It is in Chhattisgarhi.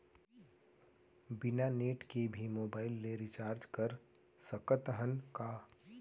बिना नेट के भी मोबाइल ले रिचार्ज कर सकत हन का?